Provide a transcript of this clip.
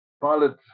pilots